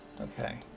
Okay